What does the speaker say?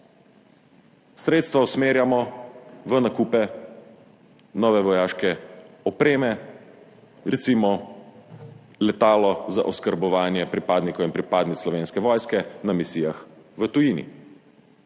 Sredstva usmerjamo v nakupe nove vojaške opreme, recimo letalo za oskrbovanje pripadnikov in pripadnic Slovenske vojske na misijah v tujini